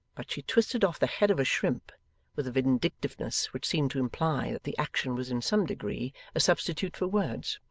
but she twisted off the head of a shrimp with a vindictiveness which seemed to imply that the action was in some degree a substitute for words.